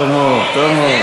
טוב מאוד.